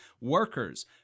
Workers